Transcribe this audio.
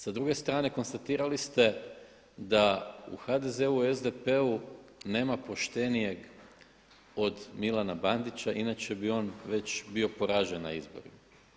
Sa druge strane konstatirali ste da u HDZ-u i SDP-u nema poštenijeg od Milana Bandića, inače bi on već bio poražen na izborima.